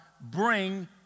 bring